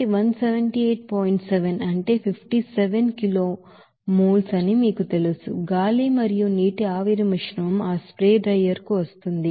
7 అంటే 57 కిలోల మోల్స్ అని మీకు తెలుసు గాలి మరియు నీటి ఆవిరి మిశ్రమం ఆ స్ప్రే డ్రైయర్ కు వస్తోంది